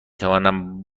توانم